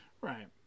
right